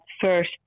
first